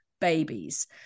babies